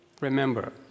remember